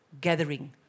gathering